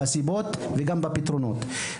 גם לסיבות וגם לפתרונות.